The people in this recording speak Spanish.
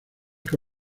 que